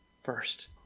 first